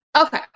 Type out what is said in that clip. okay